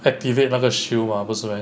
activate 那个 shield mah 不是 meh